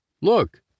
Look